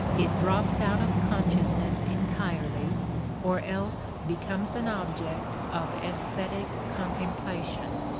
it drops out of consciousness entirely or else becomes an object of aesthetic contemplation.